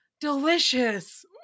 delicious